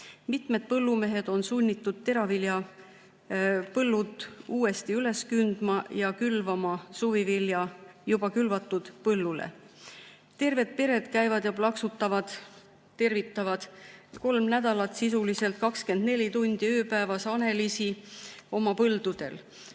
Mitmed põllumehed on sunnitud teraviljapõllud uuesti üles kündma ja külvama suvivilja juba külvatud põllule. Terved pered käivad ja plaksutavad, tervitavad kolm nädalat sisuliselt 24 tundi ööpäevas hanelisi oma põldudel.